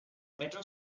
metro